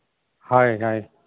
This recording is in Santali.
ᱦᱳᱭ ᱦᱳᱭ